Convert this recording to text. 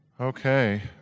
Okay